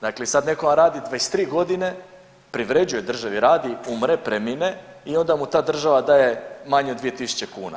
Dakle, i sad netko, a radi 23 godine, privređuje državi, radi, umre, premine i onda mu ta država daje manje od 2.000 kuna.